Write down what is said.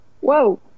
Whoa